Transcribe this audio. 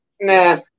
Nah